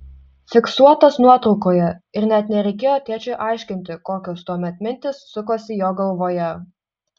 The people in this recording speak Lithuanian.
fiksuotas nuotraukoje ir net nereikėjo tėčiui aiškinti kokios tuomet mintys sukosi jo galvoje